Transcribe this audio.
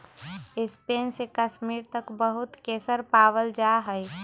Spain से कश्मीर तक बहुत केसर पावल जा हई